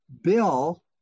bill